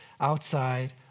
outside